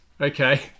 Okay